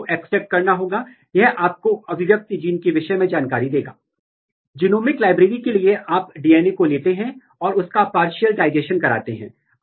तो आपके पास एक फ्लोरोसेंट प्रोटीन है जिसमें दो डोमेन हैं अगर ये दो डोमेन एक साथ हैं और केवल तब ही वे फ्लोरेसेंस देंगे